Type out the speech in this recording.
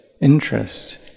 interest